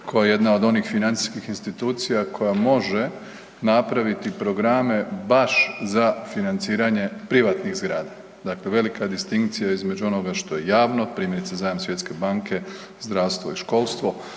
koja je jedna od onih financijskih institucija koja može napraviti programe baš za financiranje privatnih zgrada. Dakle, velika distinkcija između onoga što je javno, zdravstvo i školstvo.